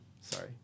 sorry